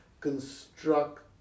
construct